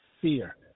fear